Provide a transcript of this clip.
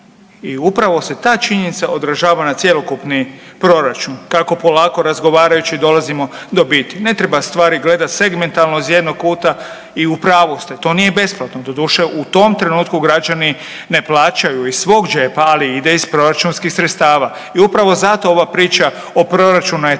i upravo se ta činjenica odražava na cjelokupni proračun kako polako razgovarajući dolazimo do biti. Ne treba stvari gledati segmentalno iz jednog kuta i u pravu ste to nije besplatno, doduše u tom trenutku građani ne plaćaju iz svog džepa, ali ide iz proračunskih sredstava. I upravo zato ova priča o proračunu je